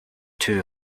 too